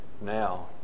now